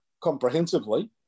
comprehensively